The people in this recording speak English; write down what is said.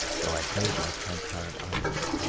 though i closed my transparent eyelids.